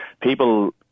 People